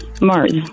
Mars